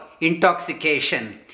intoxication